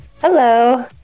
Hello